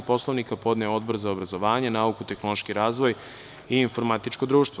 Poslovnika podneo Odbor za obrazovanjem tehnološki razvoj i informatičko društvo.